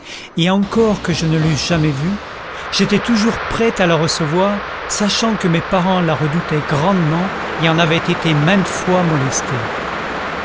et encore que je ne l'eusse jamais vue j'étais toujours prêt à la recevoir sachant que mes parents la redoutaient grandement et en avaient été maintes fois molestés